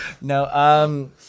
no